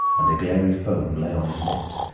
and a glairy foam lay on his lips,